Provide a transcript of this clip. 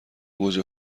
گوجه